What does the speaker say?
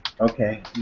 Okay